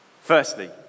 Firstly